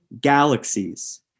galaxies